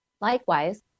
Likewise